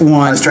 one